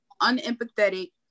unempathetic